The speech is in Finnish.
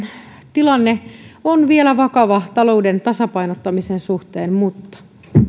tilanne on vielä vakava talouden tasapainottamisen suhteen mutta